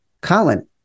Colin